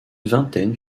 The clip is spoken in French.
vingtaine